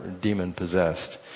demon-possessed